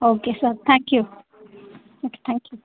okay sir thank you okay thank you